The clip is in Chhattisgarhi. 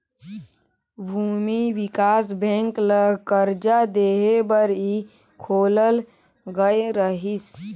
भूमि बिकास बेंक ल करजा देहे बर ही खोलल गये रहीस